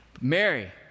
Mary